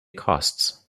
costs